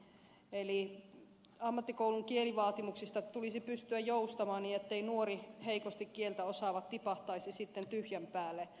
eli ammattikoulun kielivaatimuksista tulisi pystyä joustamaan niin ettei nuori heikosti kieltä osaava tipahtaisi tyhjän päälle